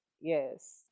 Yes